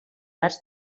arts